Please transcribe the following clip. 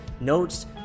notes